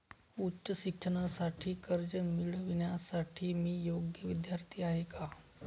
उच्च शिक्षणासाठी कर्ज मिळविण्यासाठी मी योग्य विद्यार्थी आहे का?